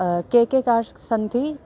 के के कार्स् सन्ति